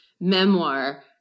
memoir